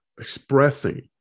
expressing